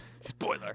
Spoiler